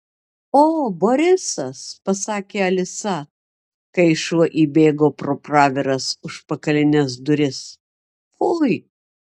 o borisas pasakė alisa kai šuo įbėgo pro praviras užpakalines duris fui